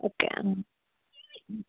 okay ആ